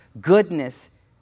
goodness